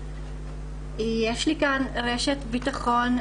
יש לי כאן רשת ביטחון,